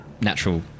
natural